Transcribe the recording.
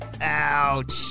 ouch